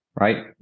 right